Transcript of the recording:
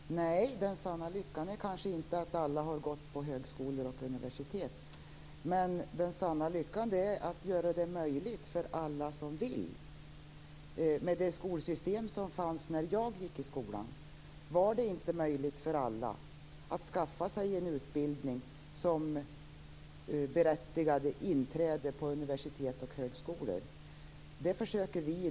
Fru talman! Nej, den sanna lyckan är kanske inte att alla har gått på högskolor och universitet. Den sanna lyckan är att göra det möjligt för alla som vill. Med det skolsystem som fanns när jag gick i skolan var det inte möjligt för alla att skaffa sig en utbildning som berättigade till inträde på universitet och högskolor.